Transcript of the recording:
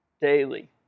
Daily